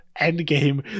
Endgame